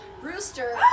Rooster